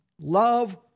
Love